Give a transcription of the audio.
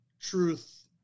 truth